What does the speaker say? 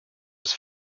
was